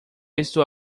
estou